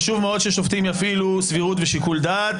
חשוב מאוד ששופטים יפעילו סבירות ושיקול דעת